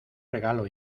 regalo